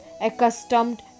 accustomed